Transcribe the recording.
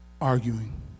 Arguing